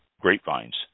grapevines